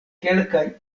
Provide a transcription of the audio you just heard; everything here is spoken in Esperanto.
kelkaj